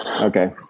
Okay